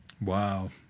Wow